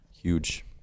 Huge